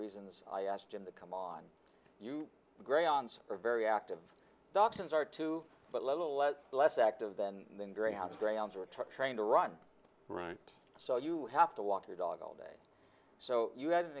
reasons i asked him to come on you are very active doctors are too but little less less active than trying to run right so you have to walk your dog all day so you had an